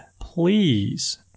please